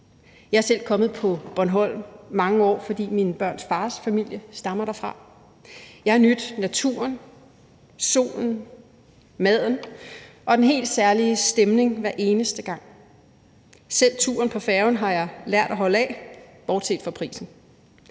Jeg er selv kommet på Bornholm i mange år, fordi mine børns fars familie stammer derfra. Jeg har nydt naturen, solen, maden og den helt særlige stemning hver eneste gang, selv turen på færgen har jeg lært at holde af – bortset fra prisen.